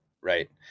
Right